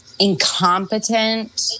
Incompetent